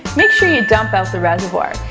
make sure you dump out the reservoir.